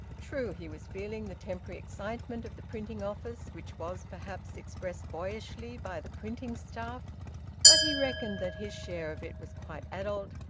true, he was feeling the temporary excitement of the printing office, which was perhaps expressed boyishly by the printing staff but he reckoned that his share of it was quite adult,